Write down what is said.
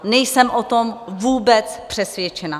Nejsem o tom vůbec přesvědčena.